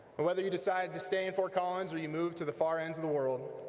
but whether you decide to stay in fort collins or you move to the far ends of the world,